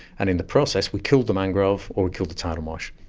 and in the process we killed the mangrove or we killed the tidal marsh.